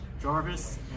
Jarvis